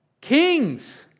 Kings